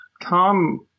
Tom